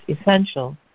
essential